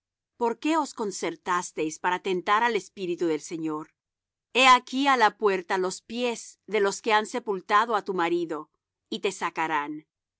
por qué os concertasteis para tentar al espíritu del señor he aquí á la puerta los pies de los que han sepultado á tu marido y te sacarán